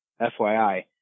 FYI